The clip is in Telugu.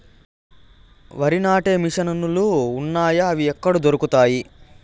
వరి నాటే మిషన్ ను లు వున్నాయా? అవి ఎక్కడ దొరుకుతాయి?